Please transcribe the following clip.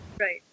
Right